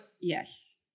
Yes